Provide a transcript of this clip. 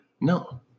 No